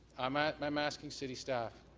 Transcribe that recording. i'm ah i'm asking city staff.